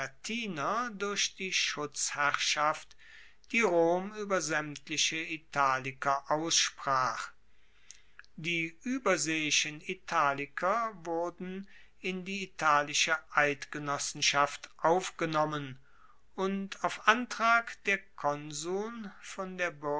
durch die schutzherrschaft die rom ueber saemtliche italiker ansprach die ueberseeischen italiker wurden in die italische eidgenossenschaft aufgenommen und auf antrag der konsuln von der